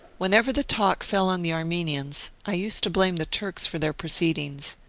whenever the talk fell on the armenians i used to blame the turks for their proceedings,